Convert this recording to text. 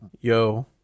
yo